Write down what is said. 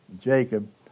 Jacob